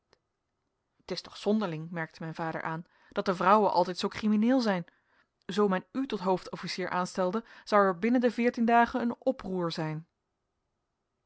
t is toch zonderling merkte mijn vader aan dat de vrouwen altijd zoo crimineel zijn zoo men u tot hoofdofficier aanstelde zou er binnen de veertien dagen een oproer zijn